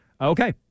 Okay